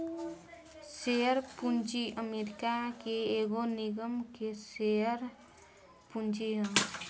share पूंजी America के एगो निगम के शेयर पूंजी ह